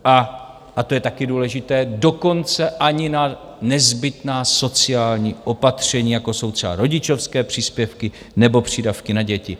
A to je taky důležité dokonce ani na nezbytná sociální opatření, jako jsou třeba rodičovské příspěvky nebo přídavky na děti.